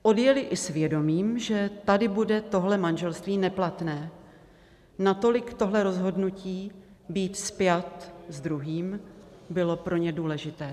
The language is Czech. Odjely i s vědomím, že tady bude tohle manželství neplatné, natolik tohle rozhodnutí být spjat s druhým bylo pro ně důležité.